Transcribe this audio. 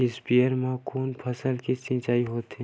स्पीयर म कोन फसल के सिंचाई होथे?